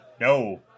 No